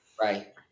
Right